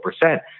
percent